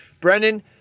Brendan